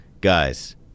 Guys